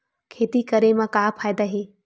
खेती करे म का फ़ायदा हे?